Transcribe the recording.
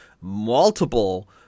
multiple